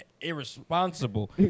Irresponsible